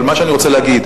אבל מה שאני רוצה להגיד,